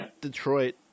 Detroit